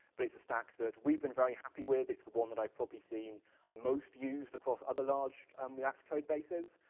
but it's a stack that we've been very happy with, it's the one that i've probably seen most used across other large um react code bases,